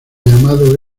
llamado